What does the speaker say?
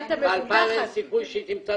ב-2,000 אין סיכוי שהיא תמצא